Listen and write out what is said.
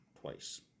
twice